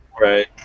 Right